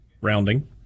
Rounding